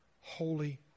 holy